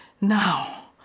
Now